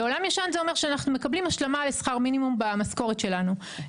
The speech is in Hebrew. וזה אומר שאנחנו מקבלים השלמה לשכר מינימום במשכורת שלנו.